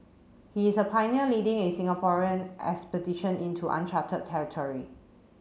he is a pioneer leading a Singaporean expedition into uncharted territory